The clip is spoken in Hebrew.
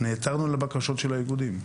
נעתרנו לבקשות שלהם.